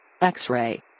X-ray